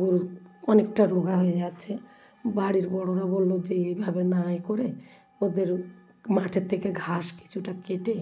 এবং অনেকটা রোগা হয়ে যাচ্ছে বাড়ির বড়োরা বললো যে এইভাবে না এ করে ওদের মাঠের থেকে ঘাস কিছুটা কেটে